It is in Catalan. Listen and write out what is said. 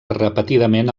repetidament